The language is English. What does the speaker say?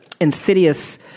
insidious